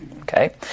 Okay